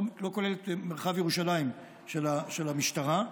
לא כולל מרחב ירושלים של המשטרה,